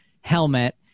helmet